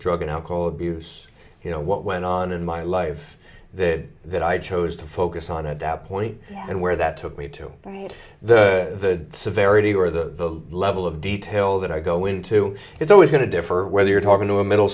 drug and alcohol abuse you know what went on in my life that i chose to focus on it out point and where that took me to the severity where the level of detail that i go into is always going to differ whether you're talking to a middle